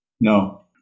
No